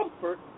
comfort